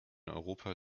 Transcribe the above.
europa